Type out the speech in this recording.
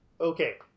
Okay